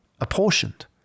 apportioned